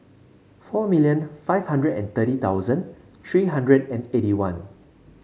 four million five hundred and thirty thousand three hundred and eighty one